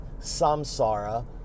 samsara